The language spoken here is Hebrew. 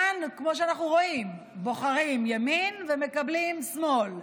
כאן, כמו שאנחנו רואים, בוחרים ימין ומקבלים שמאל.